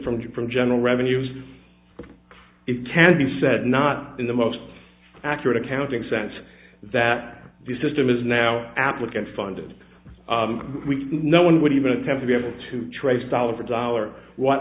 just from general revenues it can be said not in the most accurate accounting sense that the system is now applicant funded no one would even attempt to be able to trace dollar for dollar what